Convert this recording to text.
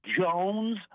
jones